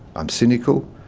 i'm cynical,